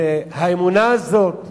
והאמונה הזאת שורשה,